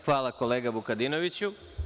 Hvala, kolega Vukadinoviću.